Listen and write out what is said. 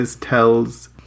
tells